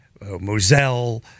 Moselle